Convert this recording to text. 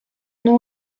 nom